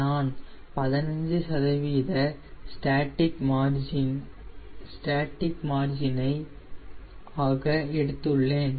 நான் 15 சதவீதத்தை என்னுடைய ஸ்டேட்டிக் மார்ஜின் ஆக தேர்ந்தெடுத்துள்ளேன்